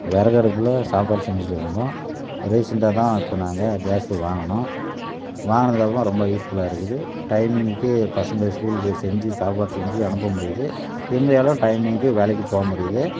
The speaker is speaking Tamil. விறகு அடுப்பில் சாப்பாடு செஞ்சுட்டு இருந்தோம் ரீசெண்ட்டாக தான் இப்போ நாங்கள் கேஸ்சு வாங்கினோம் வாங்கினதுக்கு அப்புறம் ரொம்ப யூஸ்ஃபுல்லாக இருக்குது டைமிங்குக்கு பசங்களை ஸ்கூலுக்கு செஞ்சு சாப்பாடு செஞ்சு அனுப்ப முடியுது எங்களாலேயும் டைமிங்குக்கு வேலைக்கு போக முடியுது